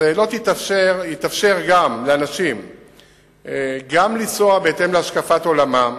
אז יתאפשר לאנשים גם לנסוע בהתאם להשקפת עולמם